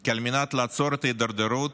כי על מנת לעצור את ההידרדרות,